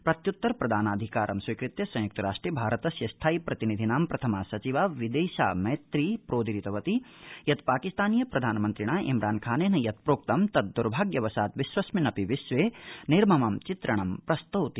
प्रत्युत्तर प्रदानाधिकारं स्वीकृत्य संयुक्तराष्ट्रे भारतस्य स्थायिप्रतिनिधीनां प्राथमा सचिवा विदिशा मैत्री प्रोदीरितवती यत् पाकिस्तानीय प्रधानमन्त्रिणा इमरान खानेन यत् प्रोक्तं तत् द्भाग्यवशात् विश्वस्मिन् अपि विश्वे निर्ममं चित्रणं प्रस्तौति